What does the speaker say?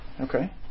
okay